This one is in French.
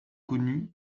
connu